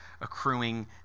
accruing